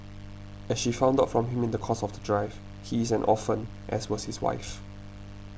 as she found out from him in the course of the drive he is an orphan as was his wife